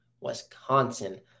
Wisconsin